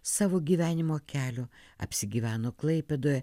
savo gyvenimo kelio apsigyveno klaipėdoje